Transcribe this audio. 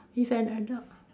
with an adult